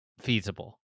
feasible